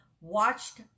watched